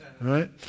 right